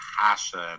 passion